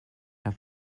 d’un